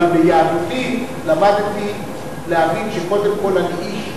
אבל ביהדותי, למדתי להאמין שקודם כול אני איש,